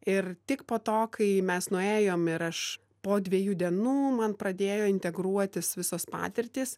ir tik po to kai mes nuėjom ir aš po dviejų dienų man pradėjo integruotis visos patirtys